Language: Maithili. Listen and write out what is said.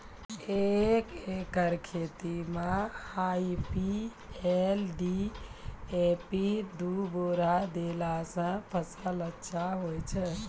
एक एकरऽ खेती मे आई.पी.एल डी.ए.पी दु बोरा देला से फ़सल अच्छा होय छै?